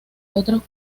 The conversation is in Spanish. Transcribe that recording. otros